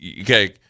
okay